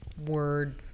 word